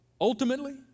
Ultimately